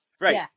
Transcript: right